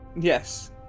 Yes